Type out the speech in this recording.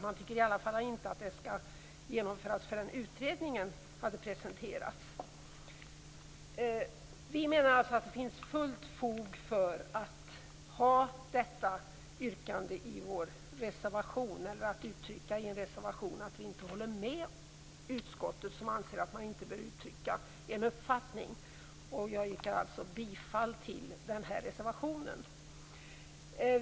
Man tycker i alla fall inte att det skall genomföras förrän utredningen har presenterats. Vi menar att det finns fullt fog för att ha detta yrkande i vår reservation eller att uttrycka i en reservation att vi inte håller med utskottet, som anser att man inte bör uttrycka en uppfattning. Jag yrkar alltså bifall till den här reservationen.